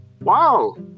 wow